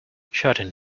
shutting